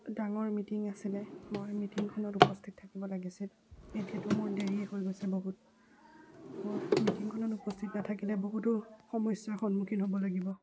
ডাঙৰ মিটিং আছিলে মই মিটিংখনত উপস্থিত থাকিব লাগিছিল এতিয়াতো মোৰ দেৰিয়েই হৈ গৈছে বহুত মোৰ মিটিংখনত উপস্থিত নাথাকিলে বহুতো সমস্যাৰ সন্মুখীন হ'ব লাগিব